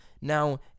now